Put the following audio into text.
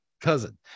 cousin